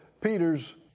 Peter's